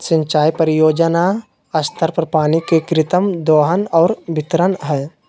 सिंचाई परियोजना स्तर पर पानी के कृत्रिम दोहन और वितरण हइ